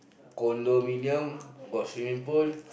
condominium got swimming pool